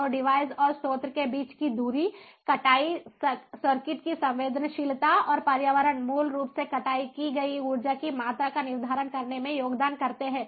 तो डिवाइस और स्रोत के बीच की दूरी कटाई सर्किट की संवेदनशीलता और पर्यावरण मूल रूप से कटाई की गई ऊर्जा की मात्रा का निर्धारण करने में योगदान करते हैं